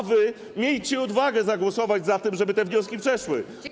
A wy miejcie odwagę zagłosować za tym, żeby te wnioski przeszły.